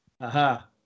Aha